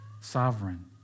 sovereign